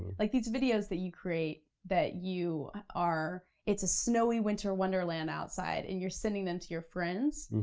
like these videos that you create that you are, it's a snowy winter wonderland outside, and you're sending em to your friends,